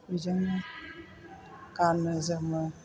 बेजोंनो गाननो जोमो